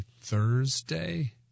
Thursday